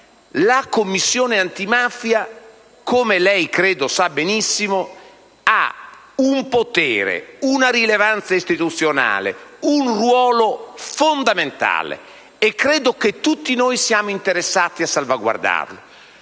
La Commissione antimafia - come lei credo sappia benissimo, senatore Casson - ha un potere, una rilevanza istituzionale ed un ruolo fondamentale, e credo che tutti noi siamo interessati a salvaguardarlo.